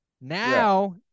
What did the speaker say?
Now